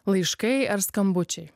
laiškai ar skambučiai